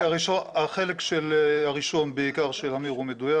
החלק הראשון בעיקר של אמיר הוא מדויק,